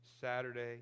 Saturday